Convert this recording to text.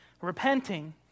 Repenting